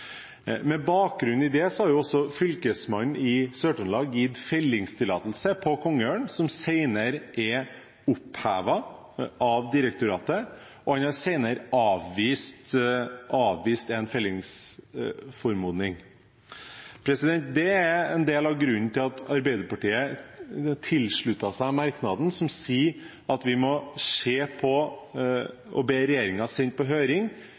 Med bakgrunn i det har også Fylkesmannen i Sør-Trøndelag gitt fellingstillatelse for kongeørn, som senere er opphevet av direktoratet, og har senere avvist en fellingsanmodning. Det er en del av grunnen til at Arbeiderpartiet tilsluttet seg merknaden som sier at vi må se på, og be regjeringen sende på høring,